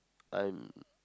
I'm